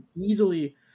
easily